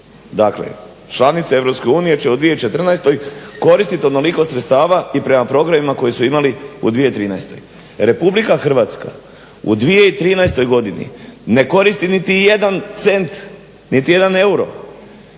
Dakle, članice Europske unije će u 2014. koristit onoliko sredstava i prema programima koji su imali u 2013. Republika Hrvatska u 2013. godini ne koristi niti jedan Hrvatski centar